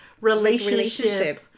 relationship